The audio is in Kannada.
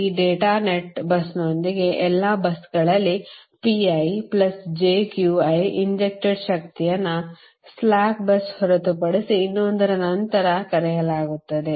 ಈ ಡೇಟಾ ನೆಟ್ busನೊಂದಿಗೆ ಎಲ್ಲಾ busಗಳಲ್ಲಿ ಇಂಜೆಕ್ಟೆಡ್ ಶಕ್ತಿಯನ್ನು ಸ್ಲಾಕ್ bus ಹೊರತುಪಡಿಸಿ ಇನ್ನೊಂದರ ನಂತರ ಕರೆಯಲಾಗುತ್ತದೆ